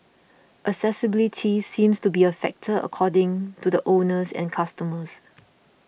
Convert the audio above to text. accessibility seems to be a factor according to the owners and customers